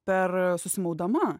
per susimaudama